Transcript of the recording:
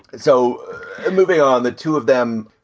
so moving on, the two of them,